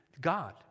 God